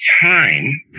time